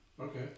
Okay